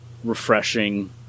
refreshing